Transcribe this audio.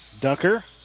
Ducker